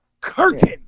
curtain